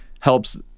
helps